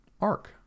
arc